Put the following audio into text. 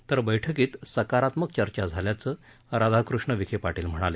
तर बैठकीत सकारात्मक चर्चा झाल्याचं राधाकृष्ण विखे पाटील म्हणाले